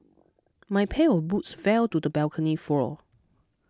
my pair of boots fell to the balcony floor